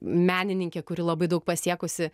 menininkė kuri labai daug pasiekusi